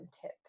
tip